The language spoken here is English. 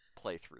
playthrough